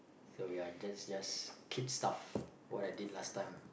so ya just just keep stuffs what I did last time